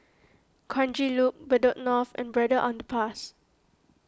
Kranji Loop Bedok North and Braddell Underpass